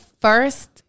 first